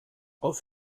auf